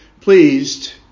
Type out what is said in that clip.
pleased